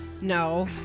no